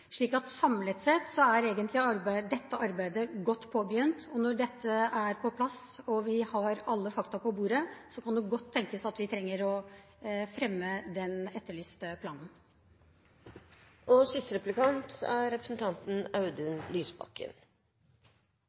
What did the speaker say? slik at samlet sett er dette arbeidet godt påbegynt. Når dette er på plass og vi har alle fakta på bordet, kan det godt tenkes at vi trenger å fremme den etterlyste planen. I valgkampen gikk Fremskrittspartiet – etter min mening – prisverdig ut og